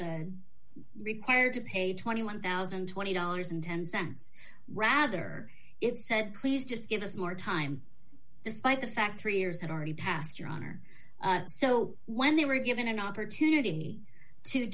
was required to pay twenty one thousand and twenty dollars ten cents rather it said please just give us more time despite the fact three years had already passed your honor so when they were given an opportunity to